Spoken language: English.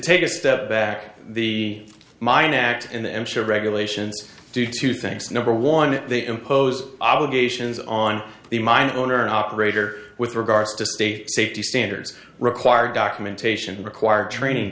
take a step back the mine act and show regulations do two things number one they impose obligations on the mine owner and operator with regards to state safety standards require documentation and require training